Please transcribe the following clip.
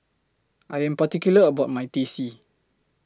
I Am particular about My Teh C